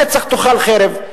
לנצח תאכל חרב.